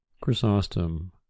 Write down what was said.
Chrysostom